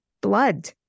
blood